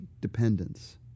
dependence